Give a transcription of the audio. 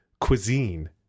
cuisine